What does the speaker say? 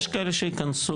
יש כאלה שיכנסו.